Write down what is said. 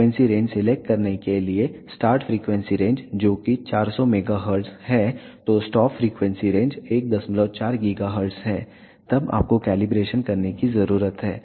frequency range select करने के लिए स्टार्ट फ़्रीक्वेंसी रेंज जो कि 400 MHz है तो स्टॉप फ़्रीक्वेंसी रेंज 14 GHz है तब आपको कैलिब्रेशन करने की ज़रूरत है